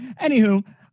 anywho